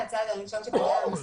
נו, באמת.